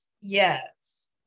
yes